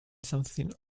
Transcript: something